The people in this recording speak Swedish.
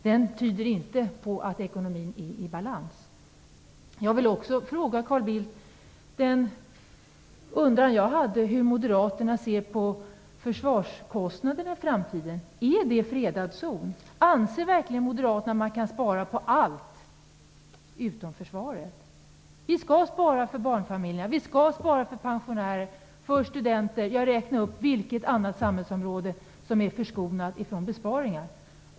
Den tyder inte på att ekonomin är i balans. Jag undrade hur moderaterna ser på försvarskostnaderna i framtiden. Är försvaret en fredad zon, Carl Bildt? Anser verkligen moderaterna att man kan spara på allt utom på försvaret? Vi skall spara på barnfamiljerna, pensionärerna och studenterna. Vilket annat samhällsområde är förskonat från besparingar?